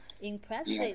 Impressive